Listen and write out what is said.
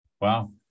Wow